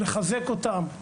לחזק אותם,